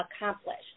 accomplished